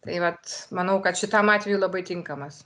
tai vat manau kad šitam atvejui labai tinkamas